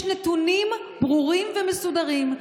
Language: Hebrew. יש נתונים ברורים ומסודרים,